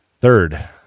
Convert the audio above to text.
Third